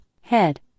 Head